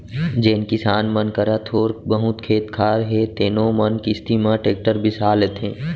जेन किसान मन करा थोर बहुत खेत खार हे तेनो मन किस्ती म टेक्टर बिसा लेथें